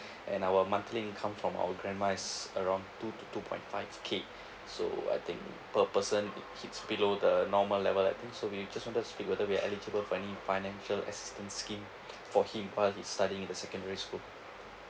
and our monthly income from our grandma is around two to point five K so I think per person it hits below the normal level I think so we just wanted to see whether we are eligible for any financial assistance scheme for him while he's studying in the secondary school